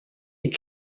est